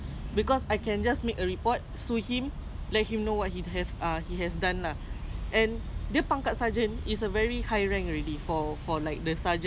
the sergeant did buang so whatever he did to me he will get back lah ya